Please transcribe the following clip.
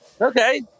okay